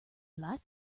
light